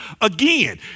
again